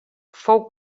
fou